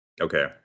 Okay